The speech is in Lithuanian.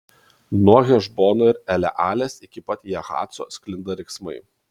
nuo hešbono ir elealės iki pat jahaco sklinda riksmai